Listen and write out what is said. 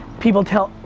people tell,